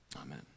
Amen